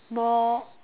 more